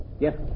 Yes